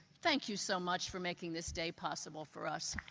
thank you so much for making this day possible for us.